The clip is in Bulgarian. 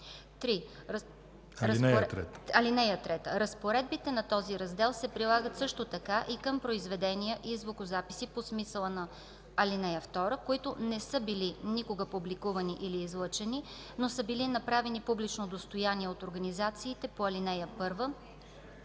(3) Разпоредбите на този раздел се прилагат също така и към произведения и звукозаписи по смисъла на ал. 2, които не са били никога публикувани или излъчени, но са били направени публично достояние от организациите по ал. 1